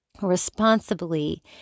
responsibly